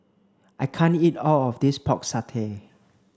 I can't eat all of this pork satay